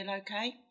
okay